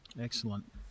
Excellent